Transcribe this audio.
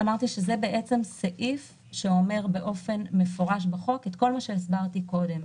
אמרתי שזה סעיף שאומר באופן מפורש בחוק את כל מה שהסברתי קודם,